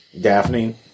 Daphne